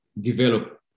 develop